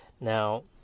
Now